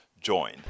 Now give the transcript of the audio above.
join